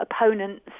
opponents